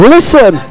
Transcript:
Listen